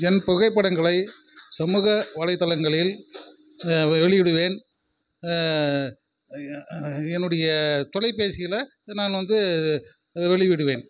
என் புகைப்படங்களை சமூக வலைத்தளங்களில் வெளியிடுவேன் என்னுடைய தொலைப்பேசியில் நான் வந்து வெளியிடுவேன்